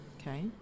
okay